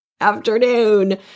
afternoon